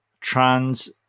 trans